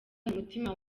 n’umutima